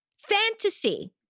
fantasy